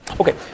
Okay